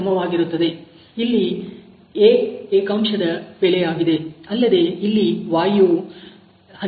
ಇಲ್ಲಿ A ಏಕಾಂಶದ ಬೆಲೆ ಆಗಿದೆ ಅಲ್ಲದೆ ಇಲ್ಲಿ y ಯು 11 ಆಗಿದೆ